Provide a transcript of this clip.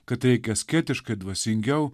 kad reikia asketiškai dvasingiau